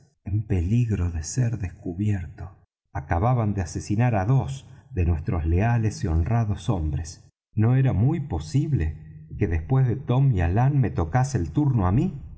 en peligro de ser descubierto acababan de asesinar á dos de nuestros leales y honrados hombres no era muy posible que después de tom y alán me tocase el turno á mí